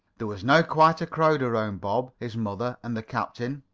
there was now quite a crowd around bob, his mother, and the captain.